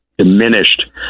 Diminished